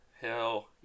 hell